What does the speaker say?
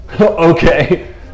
Okay